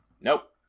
nope